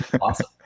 Awesome